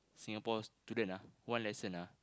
Singapore student ah one lesson ah